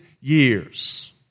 years